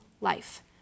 life